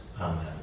Amen